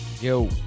Yo